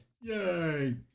Yay